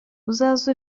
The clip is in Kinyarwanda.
uzaze